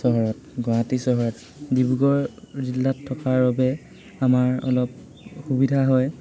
চহৰত গুৱাহাটী চহৰত ডিব্ৰুগড় জিলাত থকাৰ বাবে আমাৰ অলপ সুবিধা হয়